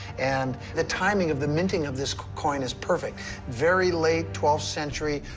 and the timing of the minting of this coin is perfect very late twelfth century,